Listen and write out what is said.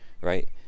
Right